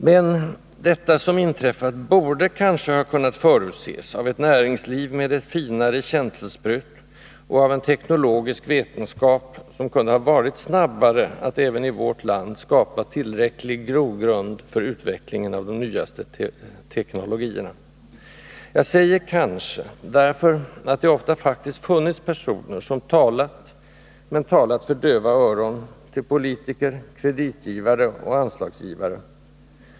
Men det som inträffat borde kanske ha kunnat förutses av ett näringsliv med finare känselspröt och av en teknologisk vetenskap, som kunde ha varit snabbare att även i vårt land skapa tillräcklig grogrund för utvecklingen av de nyaste teknologierna. Jag säger ”kanske”, därför att det ofta faktiskt funnits personer som talat — men som talat för döva öron — till politiker, kreditgivare och anslagsutdelare.